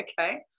Okay